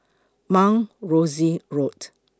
Mount Rosie Road